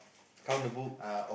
count the books